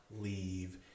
leave